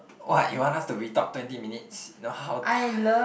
what you want us to retalk twenty minutes you know how